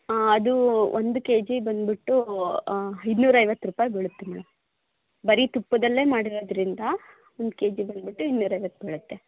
ಆಂ ಅದು ಒಂದು K G ಬಂದುಬಿಟ್ಟು ಇನ್ನೂರೈವತ್ತು ರೂಪಾಯಿ ಬೀಳುತ್ತೆ ಮೇಡಂ ಬರೀ ತುಪ್ಪದಲ್ಲೇ ಮಾಡಿರೋದರಿಂದ ಒಂದು ಕೆ ಜಿ ಬಂದುಬಿಟ್ಟು ಇನ್ನೂರೈವತ್ತು ಬೀಳುತ್ತೆ